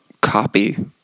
copy